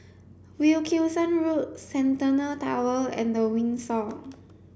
Wilkinson Road Centennial Tower and The Windsor